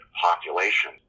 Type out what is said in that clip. population